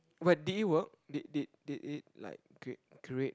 but did it work did did did it like create create